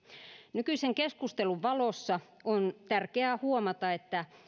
nykyisen keskustelun valossa on tärkeää huomata että